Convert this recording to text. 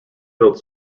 built